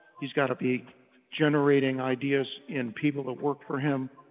he's got to be generating ideas in people to work for him.